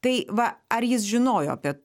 tai va ar jis žinojo apie